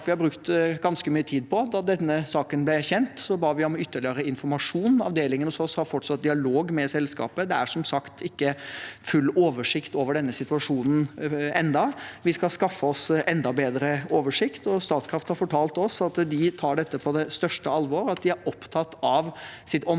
vi har brukt ganske mye tid på. Da denne saken ble kjent, ba vi om ytterligere informasjon. Avdelingen hos oss har fortsatt dialog med selskapet. Det er som sagt ikke full oversikt over denne situasjonen ennå, og vi skal skaffe oss enda bedre oversikt. Statkraft har fortalt oss at de tar dette på det største alvor, at de er opptatt av sitt omdømme,